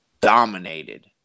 dominated